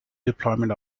deployment